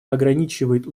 ограничивает